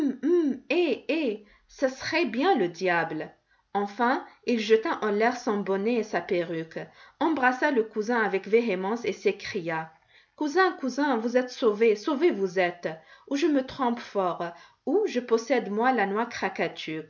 eh eh ce serait bien le diable enfin il jeta en l'air son bonnet et sa perruque embrassa le cousin avec véhémence et s'écria cousin cousin vous êtes sauvé sauvé vous êtes ou je me trompe fort ou je possède moi la noix